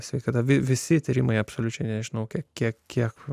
sveikata visi tyrimai absoliučiai nežinau kiek kiek kiek